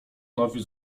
nowiu